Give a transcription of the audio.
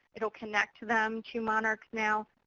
it'll connect to them to monarchs now.